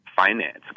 finance